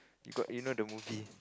you got you know the movie